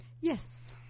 Yes